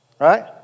Right